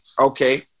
Okay